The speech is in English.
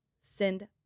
send